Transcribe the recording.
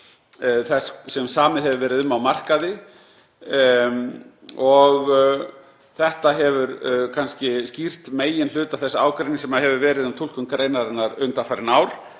þess sem samið hefur verið um á markaði. Þetta hefur kannski skýrt meginhluta þess ágreinings sem hefur verið um túlkun greinarinnar undanfarin ár